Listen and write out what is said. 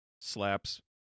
slaps